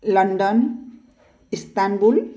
London Istanbul